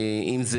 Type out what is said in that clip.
אם זה